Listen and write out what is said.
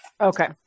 Okay